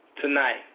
tonight